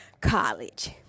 college